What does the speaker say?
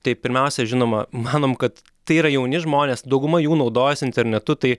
tai pirmiausia žinoma manom kad tai yra jauni žmonės dauguma jų naudojasi internetu tai